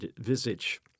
visage